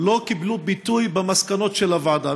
לא קיבלו ביטוי במסקנות של הוועדה.